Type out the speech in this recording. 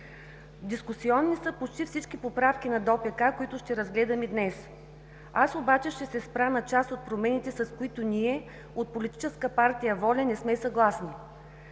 Дискусионни са почти всички поправки на ДОПК, които ще разгледаме днес. Аз обаче ще се спра на част от промените, с които ние от Политическа партия „Воля“ не сме съгласни.